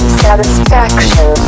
satisfaction